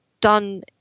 done